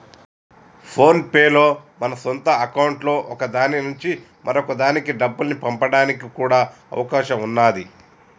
phone pay లో మన సొంత అకౌంట్లలో ఒక దాని నుంచి మరొక దానికి డబ్బుల్ని పంపడానికి కూడా అవకాశం ఉన్నాది